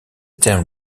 term